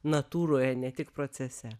natūroje ne tik procese